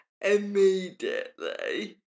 immediately